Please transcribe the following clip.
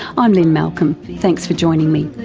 i'm lynne malcolm. thanks for joining me.